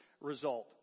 result